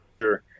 sure